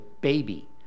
baby